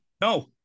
no